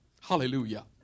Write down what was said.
Hallelujah